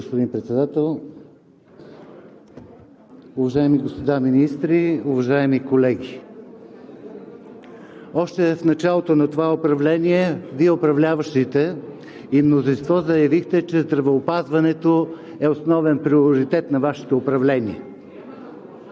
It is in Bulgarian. господин Председател. Уважаеми господа министри, уважаеми колеги! Още в началото на това управление Вие, управляващите и мнозинство, заявихте, че здравеопазването е основен приоритет на Вашето управление.